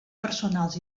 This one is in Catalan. personals